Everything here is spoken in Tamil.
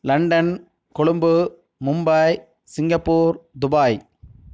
London Colombo Mumbai Singapore Dubai